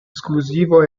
esclusivo